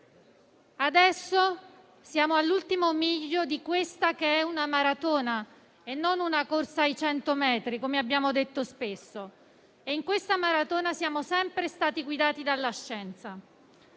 Adesso siamo all'ultimo miglio di questa, che è una maratona e non una corsa ai 100 metri, come abbiamo detto spesso, nella quale siamo sempre stati guidati dalla scienza,